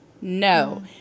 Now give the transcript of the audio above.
No